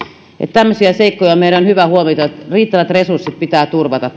tämmöisiä seikkoja meidän on hyvä huomioida riittävät resurssit pitää turvata